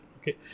Okay